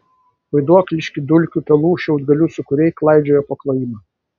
vaiduokliški dulkių pelų šiaudgalių sūkuriai klaidžiojo po klojimą